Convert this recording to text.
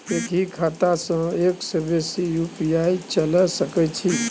एक ही खाता सं एक से बेसी यु.पी.आई चलय सके छि?